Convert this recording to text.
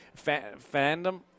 Fandom